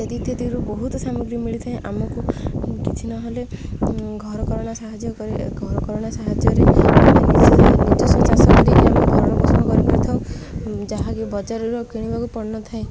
ଏତି ଇତ୍ୟାଦିରୁ ବହୁତ ସାମଗ୍ରୀ ମିଳିଥାଏ ଆମକୁ କିଛି ନହେଲେ ଘରକରଣା ସାହାଯ୍ୟ କ ଘରକରଣା ସାହାଯ୍ୟରେ ମ ନିଜ ସଂ ଚାଷ କରି ଆମେ ଘର ପୋଷଣ କରିପାରିଥାଉ ଯାହାକି ବଜାରରୁ କିଣିବାକୁ ପଡ଼ିନଥାଏ